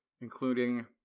including